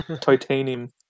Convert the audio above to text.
titanium